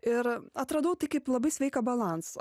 ir atradau tai kaip labai sveiką balansą